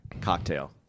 Cocktail